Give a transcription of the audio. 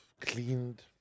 cleaned